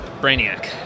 Brainiac